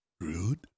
rude